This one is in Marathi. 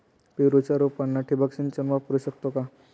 पेरूच्या रोपांना ठिबक सिंचन वापरू शकतो का?